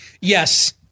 yes